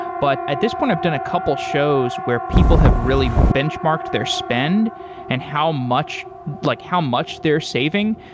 but at this point i've done a couple shows where people have really benchmarked their spend and how much like how much they're saving,